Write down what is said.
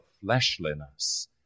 fleshliness